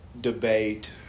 debate